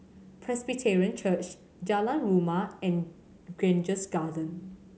Presbyterian Church Jalan Rumia and Grange Garden